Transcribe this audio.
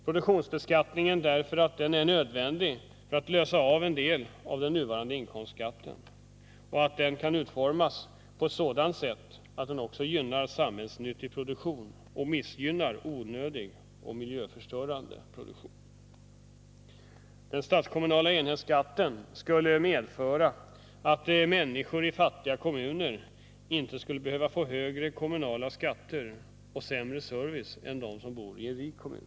Produktionsbeskattningen bör införas därför att det är nödvändigt att avlösa en del av den nuvarande inkomstskatten, och den kan utformas på så sätt att den gynnar samhällsnyttig produktion och missgynnar onödig och miljöförstörande produktion. Den statskommunala enhetsskatten skulle medföra att människor i fattiga kommuner inte behöver få högre kommunala skatter och sämre service än de som bor i en rik kommun.